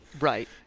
Right